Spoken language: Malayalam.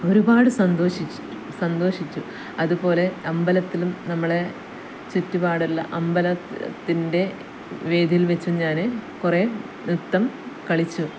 ഒരുപാട് സന്തോഷിച്ചു സന്തോഷിച്ചു അതുപോലെ അമ്പലത്തിലും നമ്മളുടെ ചുറ്റുപാടുള്ള അമ്പലത്തിൻ്റെ വേദിയിൽ വെച്ചും ഞാൻ കുറെ നൃത്തം കളിച്ചു